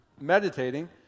meditating